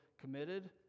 committed